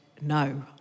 no